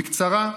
בקצרה,